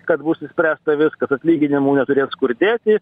kad bus išspręsta viskas atlyginimų neturės kur dėti